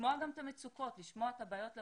לשמוע גם את המצוקות, לשמוע את הבעיות לפרטים,